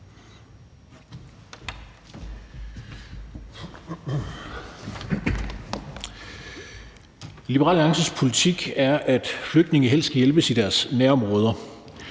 Liberal Alliances politik er, at flygtninge helst skal hjælpes i deres nærområder.